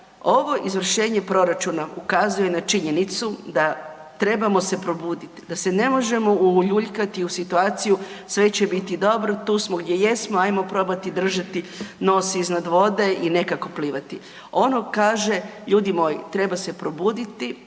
ovo izvršenje proračuna ukazuje na činjenicu da trebamo se probuditi, da se ne možemo uljuljkati u situaciju sve će biti dobro, tu smo gdje jesmo, ajmo probati držati nos iznad vode i nekako plivati. Ono kaže ljudi moji, treba se probuditi,